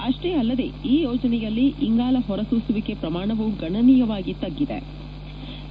ಆಷ್ಟೇ ಆಲ್ಲದೇ ಈ ಯೋಜನೆಯಲ್ಲಿ ಇಂಗಾಲ ಹೊರ ಸೂಸುವಿಕೆ ಪ್ರಮಾಣವು ಗಣನೀಯವಾಗಿ ತ್ಗುದೆ